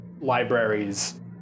libraries